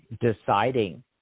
deciding